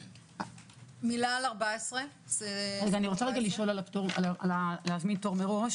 אני רוצה לשאול על הפטור להזמין תור מראש.